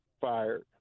fired